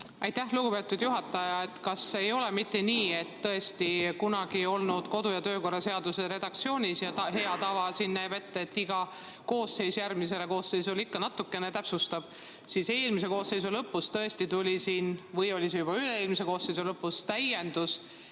Aitäh, lugupeetud juhataja! Kas ei ole mitte nii, et tõesti kunagi oli kodu- ja töökorra seaduse redaktsioonis ja hea tava näeb ette, et iga Riigikogu koosseis järgmisele koosseisule ikka natuke [kodukorda] täpsustab. Eelmise koosseisu lõpus tõesti tuli – või oli see juba üle-eelmise koosseisu lõpus – täiendus,